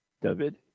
David